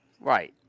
Right